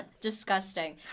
disgusting